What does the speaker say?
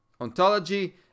Ontology